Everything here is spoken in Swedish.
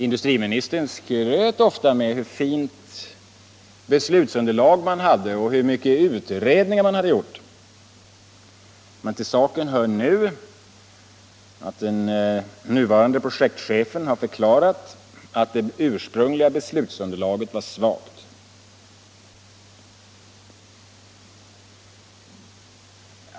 Industriministern skröt ofta med hur fint beslutsunderlag man hade och hur många utredningar man hade gjort, men till saken hör i dag att den nuvarande projektchefen har förklarat att det ursprungliga beslutsunderlaget var svagt.